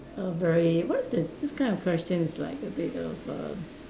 a very what is the this kind of question is like a bit of a